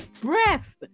breath